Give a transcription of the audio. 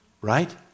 right